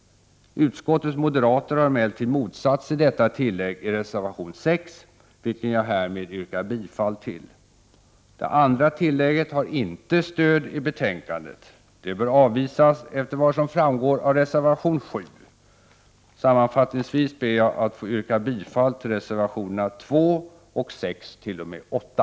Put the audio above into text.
Utskottets moderater har emellertid motsatt sig detta tillägg i reservation 6, vilken jag härmed yrkar bifall till. Det andra tillägget har inte stöd i betänkandet. Det bör avvisas efter vad som framgår av reservation 7. Sammanfattningsvis ber jag att få yrka bifall till reservationerna 2, 6, 7 och 8.